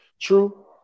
true